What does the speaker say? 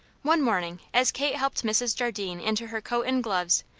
one morning as kate helped mrs. jardine into her coat and gloves,